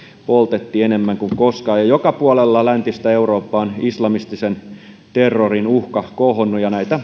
poltettiin enemmän kuin koskaan joka puolella läntistä eurooppaa on islamistisen terrorin uhka kohonnut ja näitä